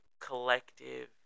collective